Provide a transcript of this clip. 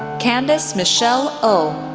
candice michelle oh,